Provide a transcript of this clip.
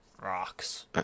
Rocks